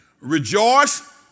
Rejoice